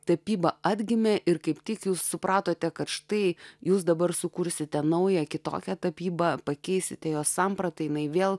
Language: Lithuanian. tapyba atgimė ir kaip tik jūs supratote kad štai jūs dabar sukursite naują kitokią tapyba pakeisite jos sampratą jinai vėl